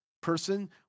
person